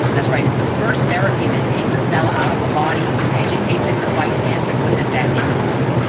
that's right, it's the first therapy that takes a cell out of the body, educates it to fight cancer and puts it back in the body.